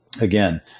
Again